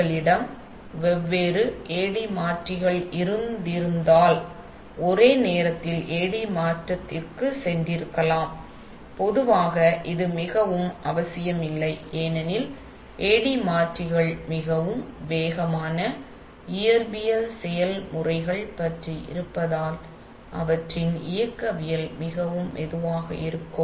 உங்களிடம் வெவ்வேறு AD மாற்றிகள் இருந்திருந்தால் நீங்கள் ஒரே நேரத்தில் AD மாற்றத்திற்கும் சென்றிருக்கலாம் ஆனால் பொதுவாக இது மிகவும் அவசியமில்லை ஏனெனில் AD மாற்றிகள் மிகவும் வேகமான மற்றும் இயற்பியல் செயல்முறைகள் பற்றிப் இருப்பதால் அவற்றின் இயக்கவியல் மிகவும் மெதுவாக இருக்கும்